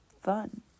fun